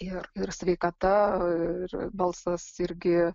ir ir sveikata ir balsas irgi